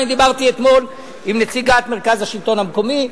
אני דיברתי אתמול עם נציגת מרכז השלטון המקומי.